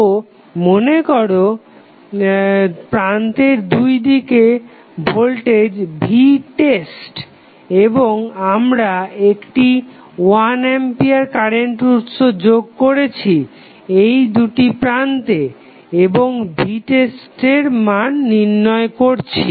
তো মনেকরা যাক প্রান্তের দুইদিকে ভোল্টেজ vtest এবং আমরা একটি 1 আম্পিয়ার কারেন্ট উৎস যোগ করেছি এই দুটি প্রান্তে এবং vtest এর মান নির্ণয় করছি